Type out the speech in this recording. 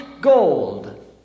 Gold